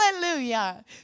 Hallelujah